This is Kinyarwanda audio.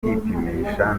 kwipimisha